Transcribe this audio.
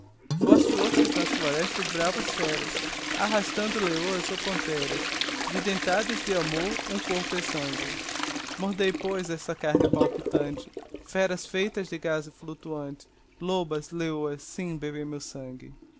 vós fostes nas florestas bravas feras arrastando leôas ou pantheras de dentadas de amor um corpo exangue mordei pois esta carne palpitante feras feitas de gaze fluctuante lobas leôas sim bebei meu sangue